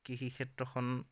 কৃষি ক্ষেত্ৰখন